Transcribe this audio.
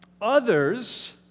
Others